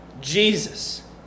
Jesus